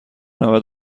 نود